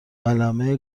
قلمه